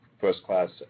first-class